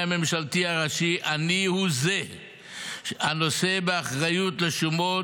הממשלתי הראשי אני הוא זה הנושא באחריות לשומות